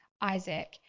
Isaac